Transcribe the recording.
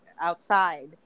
outside